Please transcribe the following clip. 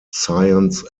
science